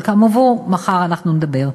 אבל, כאמור, אנחנו נדבר מחר.